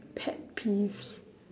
pet peeves